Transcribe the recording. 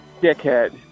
dickhead